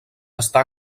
està